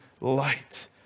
light